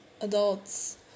adults